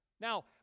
Now